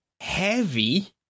heavy